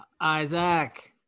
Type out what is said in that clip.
Isaac